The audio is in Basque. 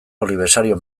olibesario